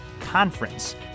conference